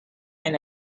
and